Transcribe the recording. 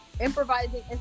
Improvising